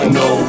no